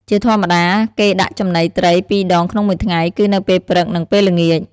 ជាធម្មតា គេដាក់ចំណីត្រី ២ ដងក្នុងមួយថ្ងៃ គឺនៅពេលព្រឹក និងពេលល្ងាច។